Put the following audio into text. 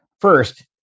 First